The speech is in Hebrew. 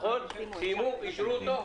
אישרו אותו?